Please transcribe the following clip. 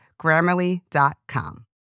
Grammarly.com